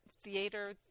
Theater